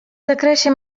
zakresie